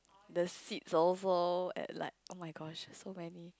the seats also at like oh-my-gosh so many